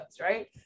right